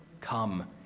Come